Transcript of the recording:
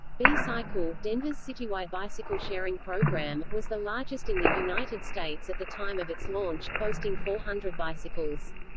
b-cycle denver's citywide bicycle sharing program was the largest in the united states at the time of its launch, boasting four hundred bicycles.